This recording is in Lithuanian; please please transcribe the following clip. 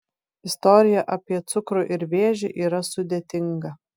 istorija apie cukrų ir vėžį yra sudėtinga